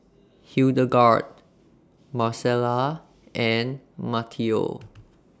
Hildegarde Marcella and Matteo